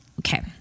Okay